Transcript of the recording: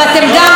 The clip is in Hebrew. ואתם גם,